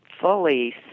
fully